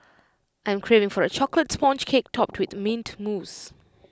I am craving for A Chocolate Sponge Cake Topped with Mint Mousse